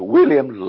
William